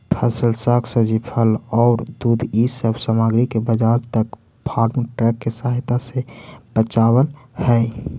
फसल, साग सब्जी, फल औउर दूध इ सब सामग्रि के बाजार तक फार्म ट्रक के सहायता से पचावल हई